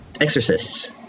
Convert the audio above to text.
exorcists